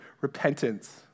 repentance